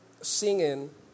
singing